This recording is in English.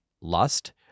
lust